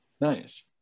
nice